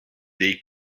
dei